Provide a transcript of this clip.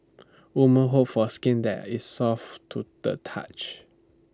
woman hope for skin that is soft to the touch